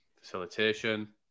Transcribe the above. facilitation